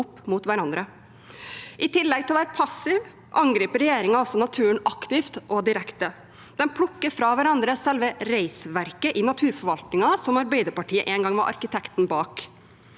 I tillegg til å være passiv angriper regjeringen også naturen aktivt og direkte. De plukker fra hverandre selve reisverket i naturforvaltningen, som Arbeiderpartiet en gang var arkitekten bak.